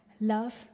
love